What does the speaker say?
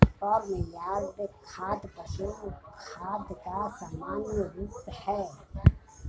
farm yard खाद पशु खाद का सामान्य रूप है